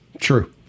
True